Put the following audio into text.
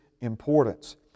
importance